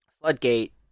Floodgate